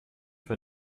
für